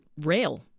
rail